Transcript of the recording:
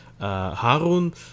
Harun